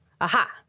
Aha